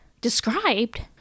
Described